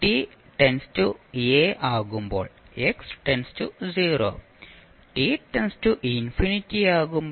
t → a ആകുമ്പോൾ x → 0 t→∞ ആകുമ്പോൾ x→∞